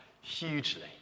hugely